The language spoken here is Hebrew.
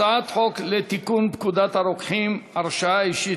הצעת חוק לתיקון פקודת הרוקחים (הרשאה אישית